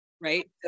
right